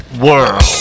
World